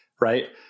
right